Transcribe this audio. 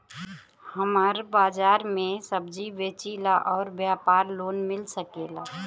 हमर बाजार मे सब्जी बेचिला और व्यापार लोन मिल सकेला?